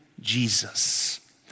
Jesus